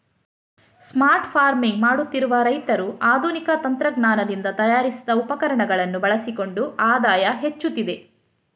smart farming ಮಾಡುತ್ತಿರುವ ರೈತರು ಆಧುನಿಕ ತಂತ್ರಜ್ಞಾನದಿಂದ ತಯಾರಿಸಿದ ಉಪಕರಣಗಳನ್ನು ಬಳಸಿಕೊಂಡು ಆದಾಯ ಹೆಚ್ಚುತ್ತಿದೆ